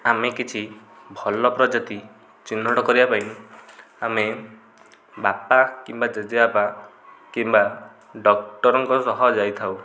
ଆମେ କିଛି ଭଲ ପ୍ରଜାତି ଚିହ୍ନଟ କରିବା ପାଇଁ ଆମେ ବାପା କିମ୍ବା ଜେଜେବାପା କିମ୍ବା ଡକ୍ଟରଙ୍କ ସହ ଯାଇଥାଉ